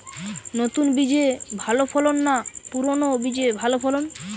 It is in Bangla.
নতুন বীজে ভালো ফলন না পুরানো বীজে ভালো ফলন?